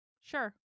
Sure